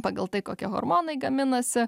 pagal tai kokie hormonai gaminasi